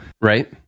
right